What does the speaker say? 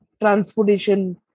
transportation